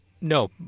no